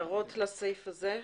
הערות לסעיף הזה.